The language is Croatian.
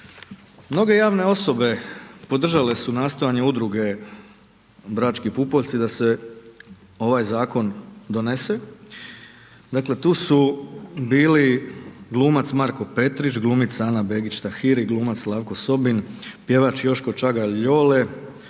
Mnoge javne osobe podržale su nastojanje Udruge Brački pupoljci da se ovaj zakon donese, dakle tu su bili glumac Marko Petrić, glumica Ana Begić-Tahiri, glumac Slavko Sobin, pjevač Joško Čagalj-Jole,